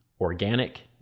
organic